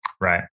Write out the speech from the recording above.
Right